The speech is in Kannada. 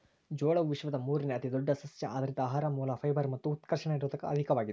ಜೋಳವು ವಿಶ್ವದ ಮೂರುನೇ ಅತಿದೊಡ್ಡ ಸಸ್ಯಆಧಾರಿತ ಆಹಾರ ಮೂಲ ಫೈಬರ್ ಮತ್ತು ಉತ್ಕರ್ಷಣ ನಿರೋಧಕ ಅಧಿಕವಾಗಿದೆ